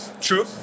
True